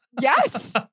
Yes